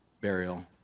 burial